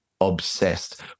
obsessed